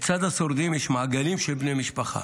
לצד השורדים יש מעגלים של בני משפחה,